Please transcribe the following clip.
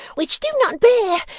which do not bear,